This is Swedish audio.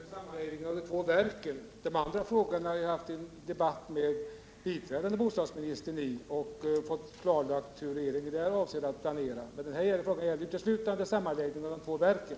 Herr talman! Min fråga gällde sammanläggningen av de två verken. De andra frågorna har jag haft en debatt med biträdande bostadsministern om. Jag fick då klarlagt hur regeringen avser att planera när det gäller dem. Den här frågan gällde uteslutande sammanläggningen av de två verken.